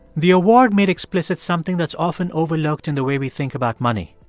the award made explicit something that's often overlooked in the way we think about money.